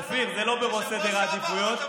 אופיר, זה לא בראש סדר העדיפויות.